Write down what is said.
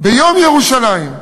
ביום ירושלים,